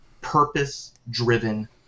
purpose-driven